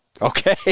Okay